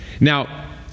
Now